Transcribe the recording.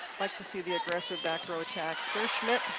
like to see the aggressive back row attacks there's schmitt.